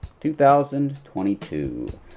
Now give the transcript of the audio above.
2022